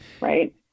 Right